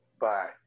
bye